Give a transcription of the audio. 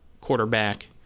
quarterback